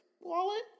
wallet